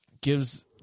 gives